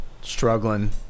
struggling